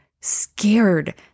scared